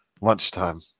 Lunchtime